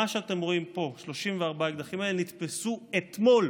מה שאתם רואים פה, 34 האקדחים האלה, נתפסו אתמול,